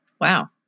Wow